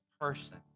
person